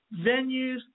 Venues